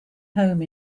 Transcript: home